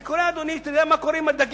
אני קורא, אדוני, אתה יודע מה קורה עם הדגים?